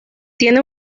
tiene